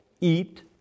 eat